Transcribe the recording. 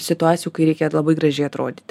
situacijų kai reikia labai gražiai atrodyt